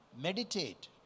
Meditate